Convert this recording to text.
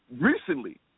recently